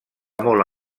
molt